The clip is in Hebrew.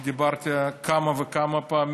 אני דיברתי כמה וכמה פעמים.